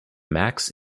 max